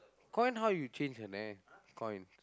coin how you change அண்ணன்:annan coin